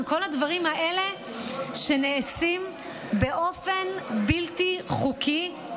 כל הדברים האלה שנעשים באופן בלתי חוקי.